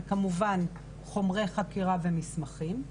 וכמובן חומרי חקירה ומסמכים.